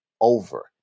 over